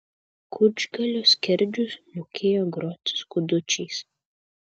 kučgalio skerdžius mokėjo groti skudučiais